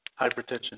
hypertension